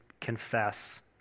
confess